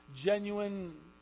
genuine